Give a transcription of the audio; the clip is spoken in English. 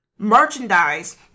merchandise